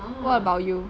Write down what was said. what about you